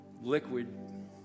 liquid